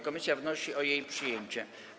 Komisja wnosi o jej przyjęcie.